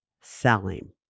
selling